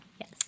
yes